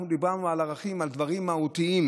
אנחנו דיברנו על ערכים, על דברים מהותיים.